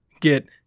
get